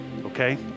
Okay